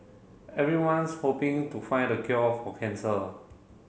everyone's hoping to find the cure for cancer